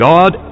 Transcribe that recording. God